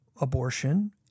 abortion